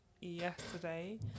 yesterday